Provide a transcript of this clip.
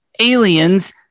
aliens